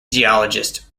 geologists